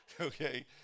Okay